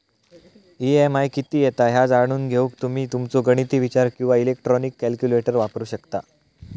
EMI किती येता ह्या जाणून घेऊक तुम्ही तुमचो गणिती विचार किंवा इलेक्ट्रॉनिक कॅल्क्युलेटर वापरू शकता